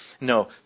No